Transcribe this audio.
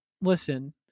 listen